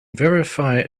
verify